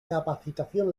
capacitación